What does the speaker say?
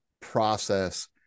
process